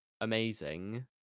amazing